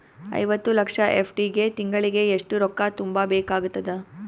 ಐವತ್ತು ಲಕ್ಷ ಎಫ್.ಡಿ ಗೆ ತಿಂಗಳಿಗೆ ಎಷ್ಟು ರೊಕ್ಕ ತುಂಬಾ ಬೇಕಾಗತದ?